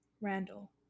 Randall